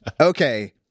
Okay